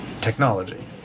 technology